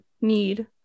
need